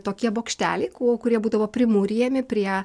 tokie bokšteliai ku kurie būdavo primūrijami prie